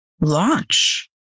launch